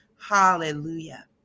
Hallelujah